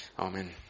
Amen